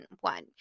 one